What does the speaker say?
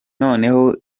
noneho